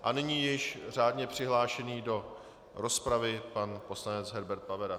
A nyní již řádně přihlášený do rozpravy pan poslanec Herbert Pavera.